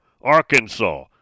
Arkansas